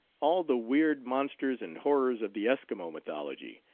all the weird mon sters and horrors of the eskimo mythology,